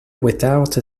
without